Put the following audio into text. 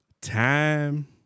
time